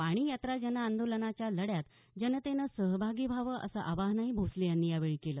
पाणी यात्रा जन आंदोलनाच्या लढ्यात जनतेनं सहभागी व्हावं असं आवाहनही भोसले यांनी यावेळी केलं